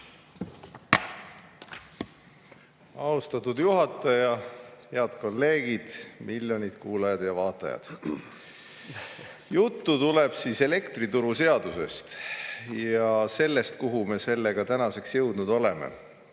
Austatud juhataja! Head kolleegid! Miljonid kuulajad ja vaatajad! Juttu tuleb elektrituruseadusest ja sellest, kuhu me sellega tänaseks jõudnud oleme.